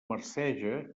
marceja